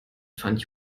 fand